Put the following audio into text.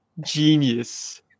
genius